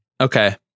Okay